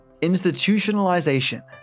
Institutionalization